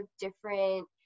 different